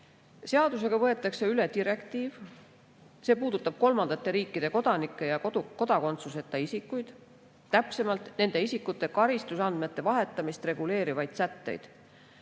Seadusega võetakse üle direktiiv. See puudutab kolmandate riikide kodanikke ja kodakondsuseta isikuid, täpsemalt nende isikute karistusandmete vahetamist reguleerivaid sätteid.